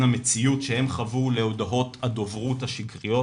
המציאות שהם חוו להודעות הדוברות השקריות